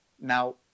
Now